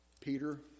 Peter